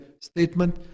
statement